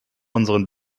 unseren